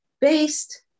based